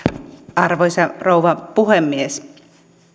arvoisa rouva puhemies